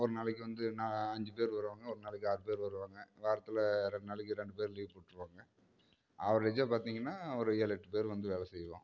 ஒரு நாளைக்கு வந்து நா அஞ்சு பேர் வருவாங்க ஒரு நாளைக்கு ஆறு பேரு வருவாங்க வாரத்தில் ரெண்டு நாளைக்கு ரெண்டு பேர் லீவ் போட்டுருவாங்க அவரேஜாக பார்த்திங்கனா ஒரு ஏழு எட்டு பேர் வந்து வேலை செய்வோம்